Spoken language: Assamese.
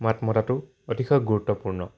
মাত মতাটো অতিশয় গুৰুত্বপূৰ্ণ